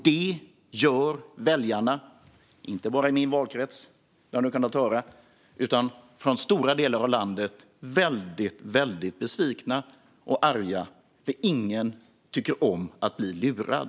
Detta gör väljarna - ni har kunnat höra att det inte bara är väljarna i min valkrets utan väljare från stora delar av landet - väldigt besvikna och arga, för ingen tycker om att bli lurad.